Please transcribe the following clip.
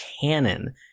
canon